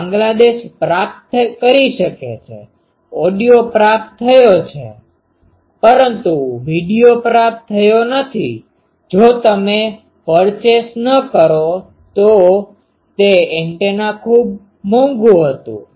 તો બાંગ્લાદેશ પ્રાપ્ત કરી શકે છે ઓડિઓ પ્રાપ્ત થયો છે પરંતુ વિડિઓ પ્રાપ્ત થયો નથી જો તમે પરચેઝ ન કરો તે એન્ટેના ખૂબ મોંઘું હતું